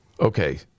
Okay